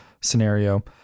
scenario